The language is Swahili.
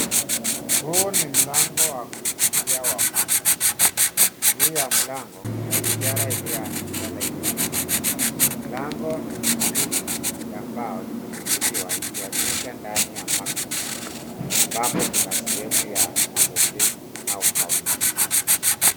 Huu ni mlango wa kuingilia wa maktaba. Juu ya mlango Kuna ishara iliyoandikwa library. Milango miwili, ya mbao imefunguliwa ikionyesha ndani ya maktaba. Ambapo kuna sehemu ya mapokezi au kaunta.